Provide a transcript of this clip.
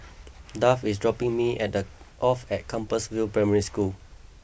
Duff is dropping me at the off at Compassvale Primary School